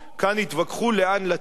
כאן התווכחו למי לתת,